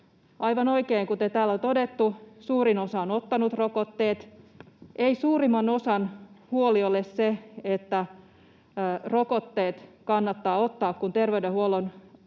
Aivan oikein, kuten täällä on todettu, suurin osa on ottanut rokotteet. Ei suurimman osan huoli ole se, että rokotteet kannattaa ottaa, kun terveydenhuollon